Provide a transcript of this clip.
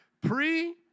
Pre-